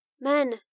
Men